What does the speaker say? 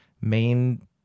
main